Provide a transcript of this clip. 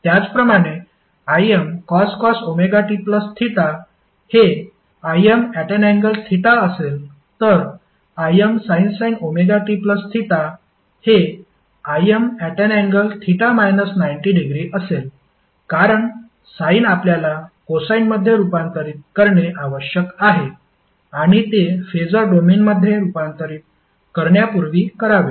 त्याचप्रमाणे Imcos ωtθ हे Im∠θ असेल तर Imsin ωtθ हे Im∠θ 90° असेल कारण साइन आपल्याला कोसाइनमध्ये रुपांतरित करणे आवश्यक आहे आणि ते फेसर डोमेनमध्ये रुपांतरित करण्यापूर्वी करावे